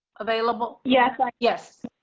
available. yes, like yes.